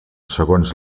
segons